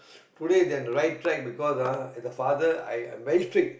today they are on the right track because ah as a father I I'm very strict